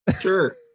Sure